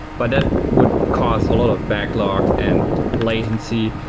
but that would cause a lot of backlog and latency.